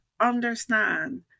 understand